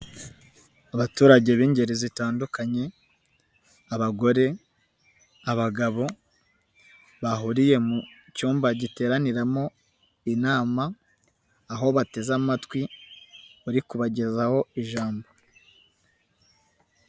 Abaturage b'ingeri zitandukanye, abagore, abagabo, bahuriye mu cyumba giteraniramo inama, aho bateze amatwi, uri kubagezaho ijambo.